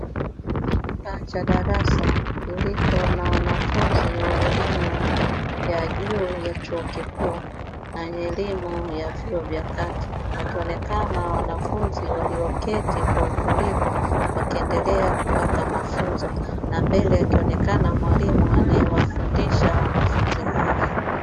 Chumba cha darasa kilicho na wanafunzi wa elimu ya juu ya chuo kikuu na elimu ya vyuo vya kati; wakionekana wanafunzi walioketi kwa utulivu wakiendelea kupata mafunzo na mbele akionekana mwalimu anayewafundisha wanafunzi hao.